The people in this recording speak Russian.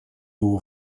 его